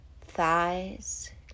thighs